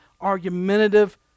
argumentative